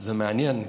זה מעניין,